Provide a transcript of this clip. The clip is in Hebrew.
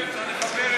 צריך לחבר,